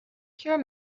pure